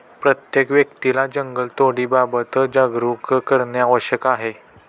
प्रत्येक व्यक्तीला जंगलतोडीबाबत जागरूक करणे आवश्यक आहे